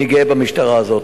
אני גאה במשטרה הזאת.